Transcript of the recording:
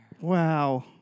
Wow